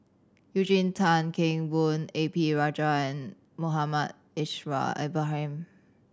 Eugene Tan Kheng Boon A P Rajah and Muhammad Aishal Ibrahim